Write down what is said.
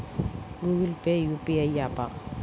Google Pay UPI య్యాపా?